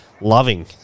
loving